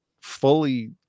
fully